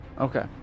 okay